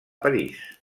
parís